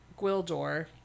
Gildor